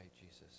Jesus